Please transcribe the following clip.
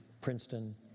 Princeton